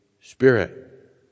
Spirit